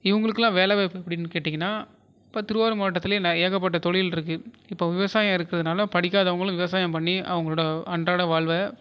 இவங்களுக்கல்லாம் வேலை வாய்ப்பு எப்படின்னு கேட்டிங்கன்னால் இப்போ திருவாரூர் மாவட்டத்திலேயே ஏகப்பட்ட தொழிலிருக்கு இப்போ விவசாயம் இருக்கிறதுனால படிக்காதவங்களும் விவசாயம் பண்ணி அவங்களோடய அன்றாட வாழ்வை